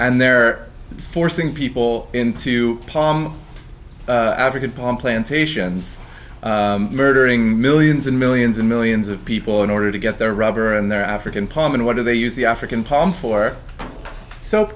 and they're forcing people into pong african palm plantations murdering millions and millions and millions of people in order to get their rubber and their african palm and what do they use the african palm for